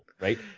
right